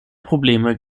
probleme